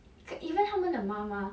even 他们的妈妈